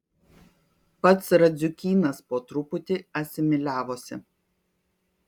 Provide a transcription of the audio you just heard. pats radziukynas po truputį asimiliavosi